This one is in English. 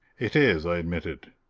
it is, i admitted.